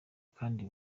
kandi